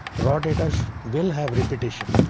raw data will have repetition.